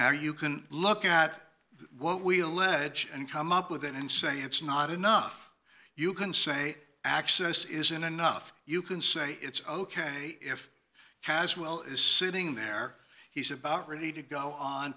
now you can look at what we allege and come up with it and say it's not enough you can say access isn't enough you can say it's ok if caswell is sitting there he's about ready to go on